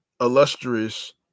illustrious